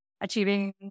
achieving